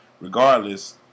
regardless